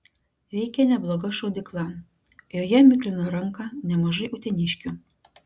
veikė nebloga šaudykla joje miklino ranką nemažai uteniškių